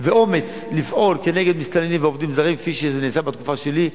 ואומץ לפעול כנגד מסתננים ועובדים זרים כפי שזה נעשה בתקופה שלי,